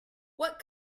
what